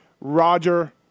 Roger